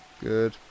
Good